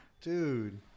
Dude